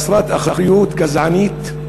חסרת אחריות, גזענית,